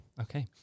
Okay